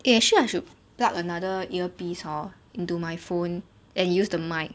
eh actually I should pluck another earpiece hor into my phone and use the mic